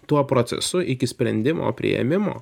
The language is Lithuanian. tuo procesu iki sprendimo priėmimo